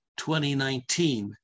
2019